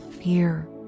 fear